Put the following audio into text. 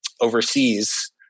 overseas